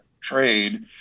trade